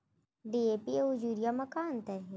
DAP अऊ urea म का अंतर हे?